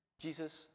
Jesus